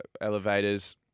elevators